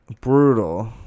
Brutal